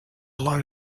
low